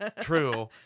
True